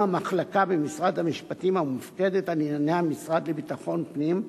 המחלקה במשרד המשפטים המופקדת על ענייני המשרד לביטחון פנים,